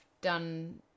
done